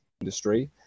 industry